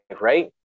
right